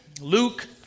Luke